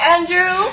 Andrew